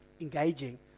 engaging